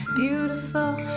beautiful